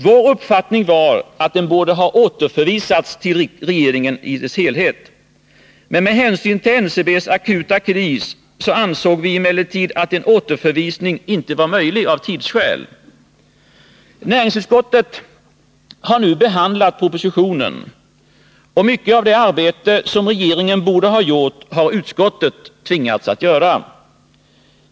Vår uppfattning var att den i sin helhet borde ha återförvisats till regeringen, men med hänsyn till NCB:s akuta kris ansåg vi att en återförvisning inte var möjlig av tidsskäl. Näringsutskottet har nu behandlat propositionen. Mycket av det arbete som regeringen borde ha gjort har utskottet tvingats att göra.